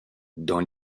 dans